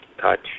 touch